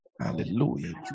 Hallelujah